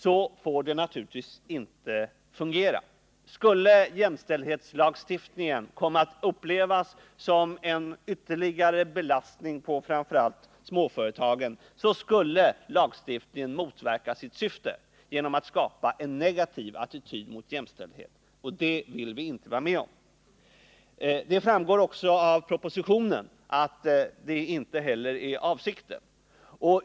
Så får det naturligtvis inte fungera. Skulle jämställdhetslagstiftningen komma att upplevas som en ytterligare belastning på framför allt småföretagen, skulle lagstiftningen motverka sitt syfte genom att skapa en negativ attityd mot jämställdhet, och 'det vill vi inte vara med om. Det framgår också av propositionen att det inte heller är avsikten.